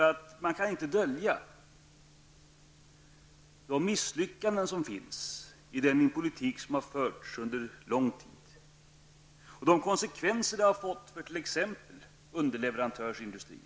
Det går inte att dölja misslyckandena i den politik som har förts under lång tid och de konsekvenser denna politik har fått för t.ex. underleverantörsindustrin.